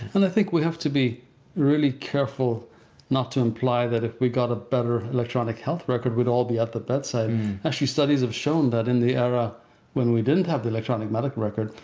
and i think we have to be really careful not to imply that if we got a better electronic health record we'd all be at the bedside. um actually, studies have shown that in the era when we didn't have the electronic medical record,